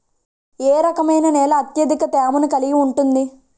ఏ రకమైన నేల అత్యధిక తేమను కలిగి ఉంటుంది?